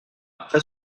après